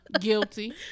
Guilty